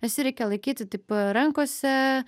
nes jį reikia laikyti taip rankose